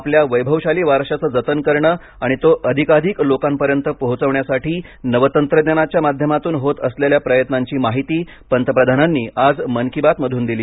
आपल्या वैभवशाली वारशाचं जतन करणे आणि तो अधिकाधिक लोकांपर्यंत पोहोचवण्यासाठी नवतंत्रज्ञानाच्या माध्यमातून होत असलेल्या प्रयत्नांची माहिती पंतप्रधानांनी आज मन की बात मधून दिली